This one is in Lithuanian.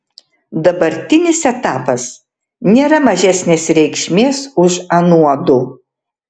dabartinis etapas nėra mažesnės reikšmės už anuodu